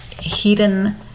hidden